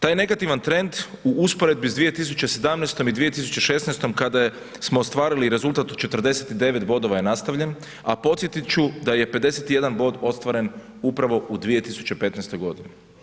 Taj negativan trend u usporedbi sa 2017. i 2016. kada smo ostvarili rezultat od 49 bodova je nastavljen, a podsjetit ću da je 51 bod ostvaren upravo u 2015. godini.